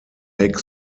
heck